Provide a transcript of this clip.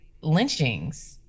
lynchings